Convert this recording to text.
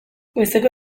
goizeko